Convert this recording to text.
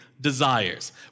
desires